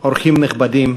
אורחים נכבדים,